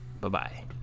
Bye-bye